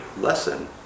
lesson